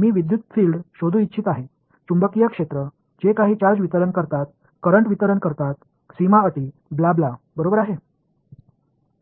मी विद्युत फील्ड शोधू इच्छित आहे चुंबकीय क्षेत्र जे काही चार्ज वितरण करतात करंट वितरण करतात सीमा अटी ब्ला ब्लाह बरोबर आहे